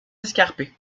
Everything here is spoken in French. escarpées